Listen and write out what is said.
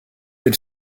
elle